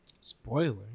Spoiler